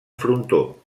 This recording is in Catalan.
frontó